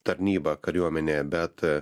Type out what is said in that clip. tarnybą kariuomenėje bet